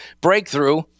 breakthrough